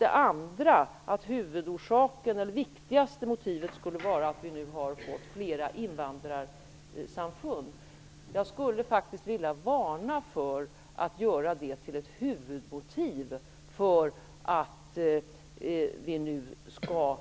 Den andra huvudorsaken, det viktigaste motivet, skulle vara att vi har fått fler invandrarsamfund. Jag skulle vilja varna för att göra det till ett huvudmotiv för att vi skall